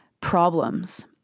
problems